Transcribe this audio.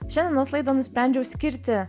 šiandienos laidą nusprendžiau skirti